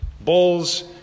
Bulls